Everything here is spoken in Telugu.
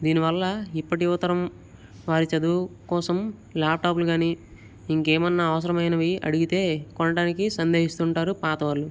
దీనివల్ల ఇప్పటి యువతరం వారి చదువు కోసం లాప్టాప్లు కానీ ఇంకేమైనా అవసరమైనవి అడిగితే కొనడానికి సందేహిస్తుంటారు పాత వాళ్ళు